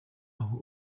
aho